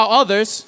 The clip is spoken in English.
others